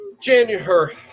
January